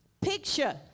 picture